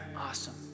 awesome